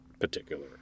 particular